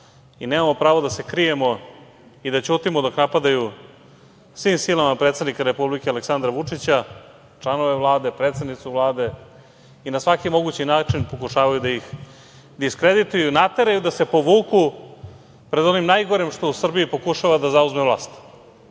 i nemamo pravo da se krijemo i da ćutimo dok napadaju svim silama predsednika Republike Aleksandra Vučića, članove Vlade, predsednicu Vlade, i na svaki mogući način pokušavaju da ih diskredituju, nateraju ih da se povuku pred onim najgorim što u Srbiji pokušava da zauzme vlast.